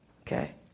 okay